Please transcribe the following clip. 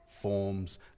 forms